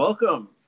Welcome